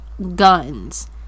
guns